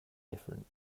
different